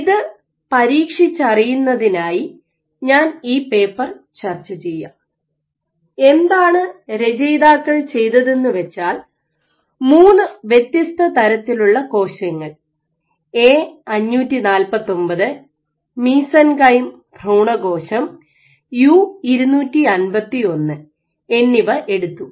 ഇത് പരീക്ഷിച്ചറിയുന്നതിനായി ഞാൻ ഈ പേപ്പർ ചർച്ച ചെയ്യാം എന്താണ് രചയിതാക്കൾ ചെയ്തതെന്നുവച്ചാൽ മൂന്നു വ്യത്യസ്ത തരത്തിലുള്ള കോശങ്ങൾ എ 549 മെസെൻകൈം ഭ്രൂണകോശം U 251 A 549 Mesenchyme stem cell U 251 എന്നിവ എടുത്തു